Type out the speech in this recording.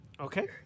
Okay